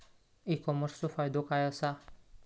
E कॉमर्सचो फायदो काय असा?